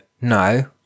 no